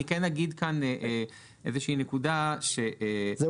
אני כן אגיד כאן איזושהי נקודה: אנחנו